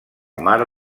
mar